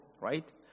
right